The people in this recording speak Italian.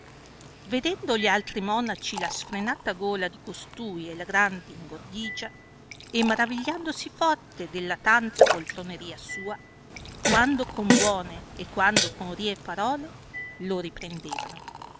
vedendo gli altri monaci la sfrenata gola di costui e la grande ingordigia e maravigliandosi forte della tanta poltroneria sua quando con buone e quando con rie parole lo riprendevano